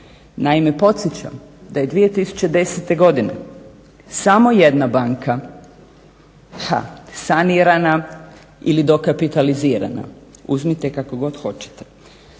Naime, podsjećam da je 2010.godine samo jedna banka sanirana ili dokapitalizirana, uzmite kako god hoćete,